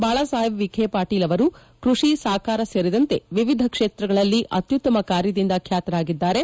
ಬಾಳಸಾಹೇಬ್ ವಿಬೆ ಪಾಟೀಲ್ ಅವರು ಕೃಷಿ ಸಾಕಾರ ಸೇರಿದಂತೆ ವಿವಿಧ ಕ್ಷೇತ್ರಗಳಲ್ಲಿ ಅತ್ಯುತ್ತಮ ಕಾರ್ಯದಿಂದ ಬ್ಲಾತರಾಗಿದ್ದಾರೆ